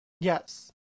Yes